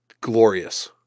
glorious